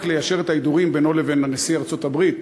יישר את ההדורים בינו לבין נשיא ארצות-הברית,